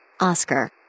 Oscar